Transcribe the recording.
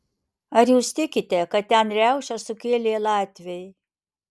ar jūs tikite kad ten riaušes sukėlė latviai